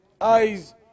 eyes